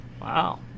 Wow